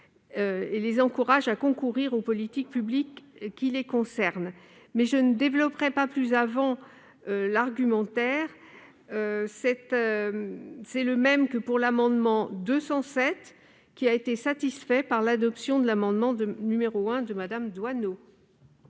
et les encourage à concourir aux politiques publiques qui les concernent. Je ne développerai pas plus avant cet argumentaire, qui est le même que pour l'amendement n° 207, lequel avait été satisfait par l'adoption de l'amendement n° 1 rectifié de Mme Doineau.